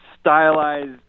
stylized